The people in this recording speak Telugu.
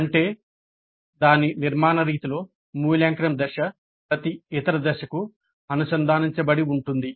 అంటే దాని నిర్మాణ రీతిలో మూల్యాంకనం దశ ప్రతి ఇతర దశకు అనుసంధానించబడి ఉంటుంది